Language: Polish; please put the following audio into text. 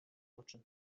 oczy